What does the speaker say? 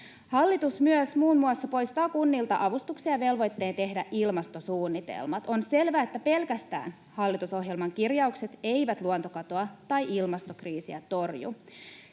Hallitus myös muun muassa poistaa kunnilta avustuksen ja velvoitteen tehdä ilmastosuunnitelmat. On selvää, että pelkästään hallitusohjelman kirjaukset eivät luontokatoa tai ilmastokriisiä torju.